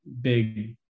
big